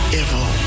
evil